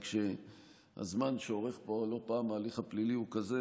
רק שהזמן שאורך פה ההליך הפלילי הוא כזה